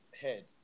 head